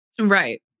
Right